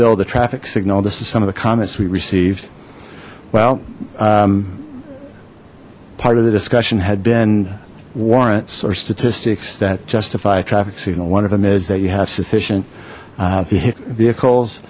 build the traffic signal this is some of the comments we received well part of the discussion had been warrants or statistics that justify traffic signal one of them is that you have sufficient vehicles